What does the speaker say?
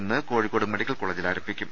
ഇന്ന് കോഴിക്കോട് മെഡിക്കൽ കോളേജിൽ ആരംഭിക്കും